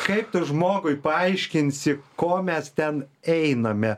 kaip tu žmogui paaiškinsi ko mes ten einame